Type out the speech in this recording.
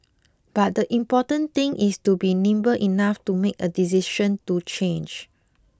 but the important thing is to be nimble enough to make a decision to change